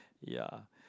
ya